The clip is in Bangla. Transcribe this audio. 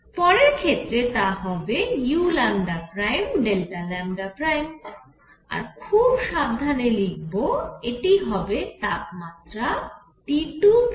পরের ক্ষেত্রে তা হবে uλ Δ আর খুব সাবধানে লিখব এটি হবে তাপমাত্রা T2 তে